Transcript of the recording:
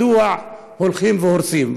מדוע הולכים והורסים,